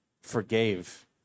forgave